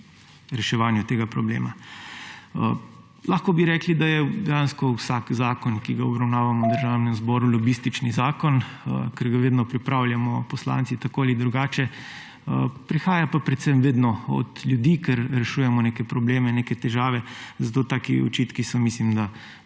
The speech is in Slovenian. reševanju tega problema. Lahko bi rekli, da je dejansko vsak zakon, ki ga obravnavamo v Državnem zboru, lobističen zakon, ker ga vedno pripravljamo poslanci tako ali drugače, prihaja pa predvsem vedno od ljubi, ker rešujemo neke probleme, neke težave. Zato so taki očitki, najmanj